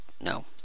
no